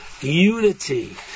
unity